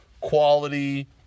quality